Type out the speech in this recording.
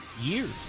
years